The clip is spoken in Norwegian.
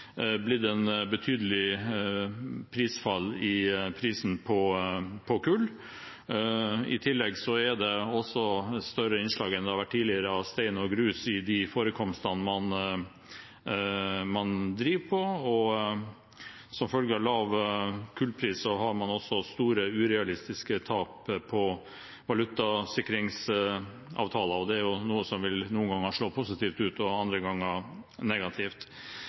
blitt et betydelig fall i prisen på kull. I tillegg er det større innslag enn det har vært tidligere, av stein og grus i de forekomstene man driver på, og som følge av lav kullpris har man også store, urealistiske tap på valutasikringsavtaler. Det er noe som noen ganger vil slå positivt ut og andre ganger negativt.